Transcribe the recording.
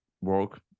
work